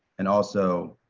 and also,